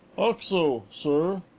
oxo, sir.